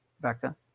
Becca